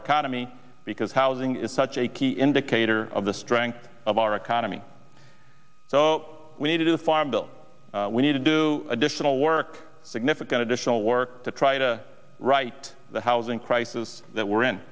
economy because housing is such a key indicator of the strength of our economy so we need a farm bill we need to do additional work significant additional work to try to write the housing crisis that we're in